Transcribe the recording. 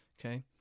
okay